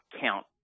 count